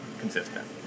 consistent